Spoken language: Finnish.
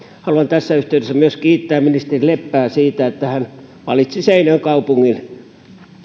haluan tässä yhteydessä myös kiittää ministeri leppää siitä että hän valitsi seinäjoen kaupungin